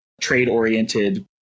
trade-oriented